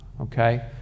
Okay